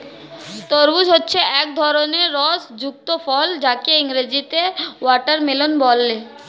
তরমুজ হচ্ছে এক ধরনের রস যুক্ত ফল যাকে ইংরেজিতে ওয়াটারমেলান বলে